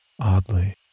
Oddly